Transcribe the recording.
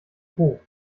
hoch